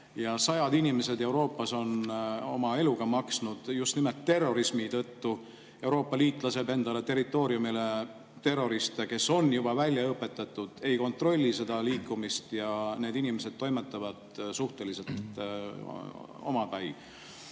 sajad inimesed Euroopas on oma eluga maksnud just nimelt terrorismi tõttu. Euroopa Liit laseb enda territooriumile terroriste, kes on juba välja õpetatud, ei kontrolli seda liikumist, need inimesed toimetavad suhteliselt omapäi. Aga